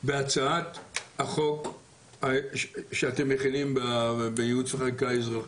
בהצעת החוק שאתם מכינים בייעוץ וחקיקה אזרחי?